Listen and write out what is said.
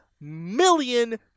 million